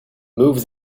move